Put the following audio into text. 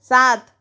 सात